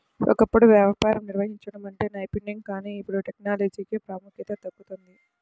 ఒకప్పుడు వ్యాపారం నిర్వహించడం అంటే నైపుణ్యం కానీ ఇప్పుడు టెక్నాలజీకే ప్రాముఖ్యత దక్కుతోంది